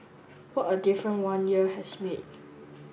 what a difference one year has made